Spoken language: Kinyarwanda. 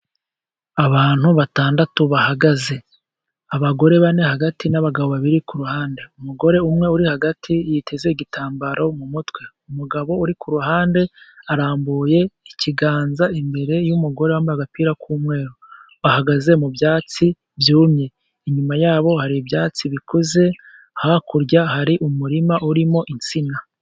Abantu batandatu bahagaze, abagore bane hagati n'abagabo babiri kuruhande. Umugore umwe uri hagati yiteze igitambaro mu mutwe, umugabo uri kuruhande arambuye ikiganza imbere y'umugore wambaye agapira k'umweru, bahagaze mu byatsi byumye. Inyuma yabo hari ibyatsi bikuze hakurya hari umurima urimo insina.